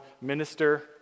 minister